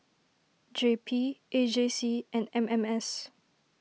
J P A J C and M M S